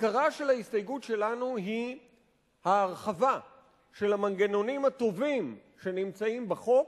עיקרה של ההסתייגות שלנו הוא ההרחבה של המנגנונים הטובים שנמצאים בחוק,